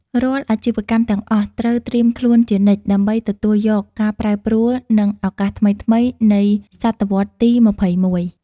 រាល់អាជីវកម្មទាំងអស់ត្រូវត្រៀមខ្លួនជានិច្ច ដើម្បីទទួលយកការប្រែប្រួល និងឱកាសថ្មីៗនៃសតវត្សទី២១។